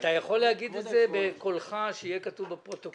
אתה יכול להגיד את זה בקולך כך שזה יהיה כתוב בפרוטוקול.